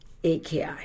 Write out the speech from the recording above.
AKI